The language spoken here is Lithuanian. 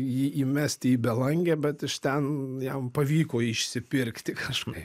jį įmesti į belangę bet iš ten jam pavyko išsipirkti kažkaip